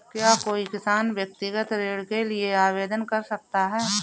क्या कोई किसान व्यक्तिगत ऋण के लिए आवेदन कर सकता है?